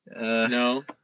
No